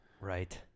right